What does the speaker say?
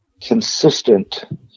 consistent